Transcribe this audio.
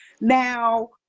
Now